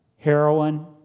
Heroin